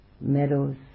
meadows